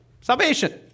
Salvation